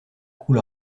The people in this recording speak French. coule